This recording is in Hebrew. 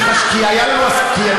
כי היה לנו, סליחה.